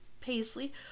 Paisley